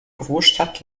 großstadt